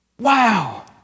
Wow